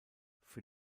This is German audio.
für